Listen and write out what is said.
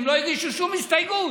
הם לא הגישו שום הסתייגות.